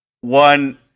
One